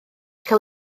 cael